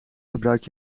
gebruik